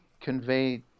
convey